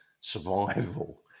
survival